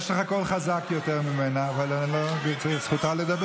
זה בלתי אפשרי.